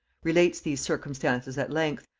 relates these circumstances at length,